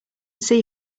see